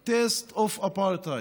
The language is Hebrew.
a taste of Apartheid.